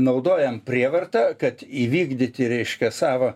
naudojam prievartą kad įvykdyti reiškia savo